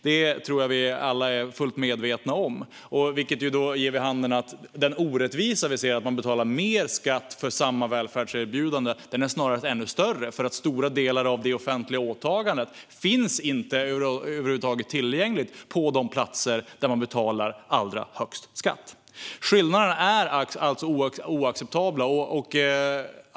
Det ger vid handen att orättvisan att man betalar mer skatt för samma välfärdserbjudande snarare är ännu större, eftersom stora delar av det offentliga åtagandet över huvud taget inte finns tillgängligt på de platser där man betalar allra högst skatt. Skillnaderna är alltså oacceptabla.